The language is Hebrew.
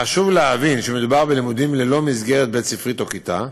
חשוב להבין שמדובר בלימודים ללא מסגרת בית-ספרית או כיתה,